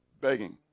begging